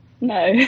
No